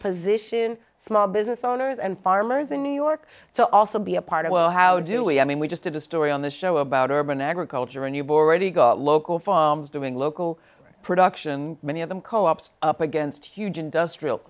position small business owners and farmers in new york so also be a part of well how do we i mean we just did a story on this show about urban agriculture and you've already got local farms doing local production many of them co ops up against huge industrial